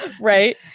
Right